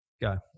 go